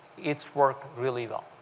it's worked really well.